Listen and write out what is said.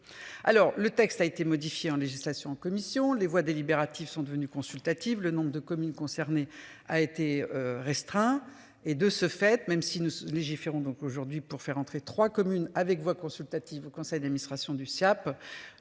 Alors, le texte a été modifiée en législation en commission les voix délibérative sont devenus consultative. Le nombre de communes concernées a été restreint et de ce fait, même si nous légiférons donc aujourd'hui pour faire entrer 3 communes avec voix consultative au conseil d'administration du Siaap